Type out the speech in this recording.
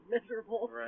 miserable